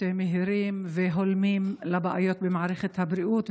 מהירים והולמים לבעיות במערכת הבריאות,